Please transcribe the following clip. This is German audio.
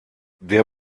der